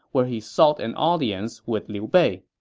where he sought an audience with liu bei.